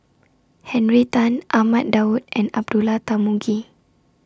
Henry Tan Ahmad Daud and Abdullah Tarmugi